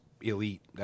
elite